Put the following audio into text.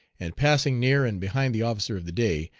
and passing near and behind the officer of the day,